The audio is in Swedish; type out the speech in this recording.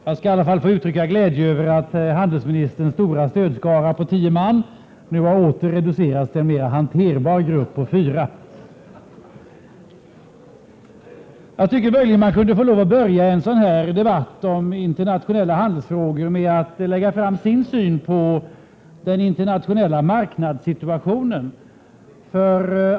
Jag vill i alla fall uttrycka glädje över att utrikeshandelsministerns stora stödskara på tio man nu åter har reducerats till en mera hanterbar grupp på fyra. Man kunde möjligen få lov att börja en sådan här debatt om internationella handelsfrågor med att lägga fram sin syn på den internationella marknadssituationen.